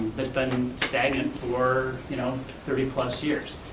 that's been stagnant for you know thirty plus years.